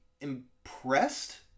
impressed